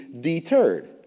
deterred